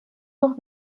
noch